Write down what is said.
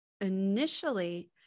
initially